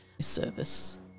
service